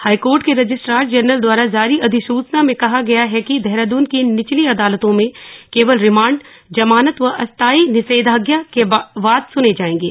high court के registrar general द्वारा जारी अधिसुचना में कहा गया है कि देहरादून की निचली अदालतों में केवल रिमांड जमानत व अस्थाई निषेधाज्ञा के वाद सुने जाएंगे